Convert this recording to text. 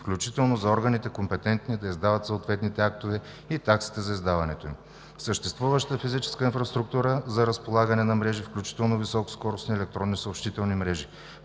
включително за органите, компетентни да издават съответните актове и таксите за издаването им; съществуващата физическа инфраструктура за разполагане на мрежи, включително високоскоростни електронни, съобщителни мрежи;